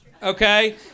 Okay